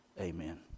Amen